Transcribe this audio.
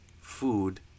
Food